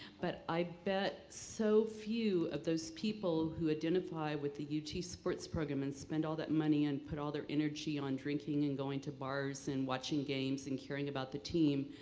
but i bet so few of those people who identify with the ut sports program and spend all that money and put all their energy on drinking and going to bars and watching games and caring about the team,